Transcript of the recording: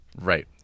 Right